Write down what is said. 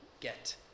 get